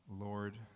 Lord